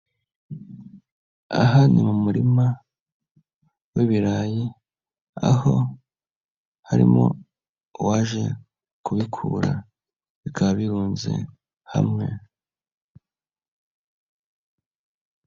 Aha ni mu murima, w'ibirayi, aho, harimo, uwaje, kubikura, bikaba birunze, hamwe.